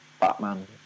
Batman